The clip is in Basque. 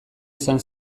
izan